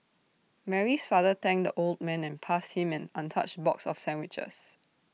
Mary's father thanked the old man and passed him an untouched box of sandwiches